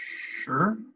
sure